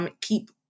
keep